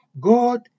God